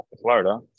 Florida